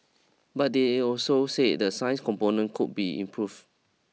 but they also said the science component could be improved